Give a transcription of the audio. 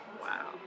Wow